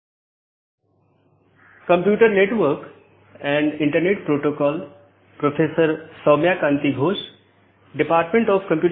नमस्कार हम computer network और इंटरनेट पाठ्यक्रम पर अपनी चर्चा जारी रखेंगे